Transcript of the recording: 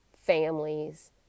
families